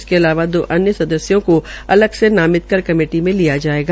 इसके अलावा दो अन्य सदस्यों को अलग से नामित कर कमेटी में लिया जायेगा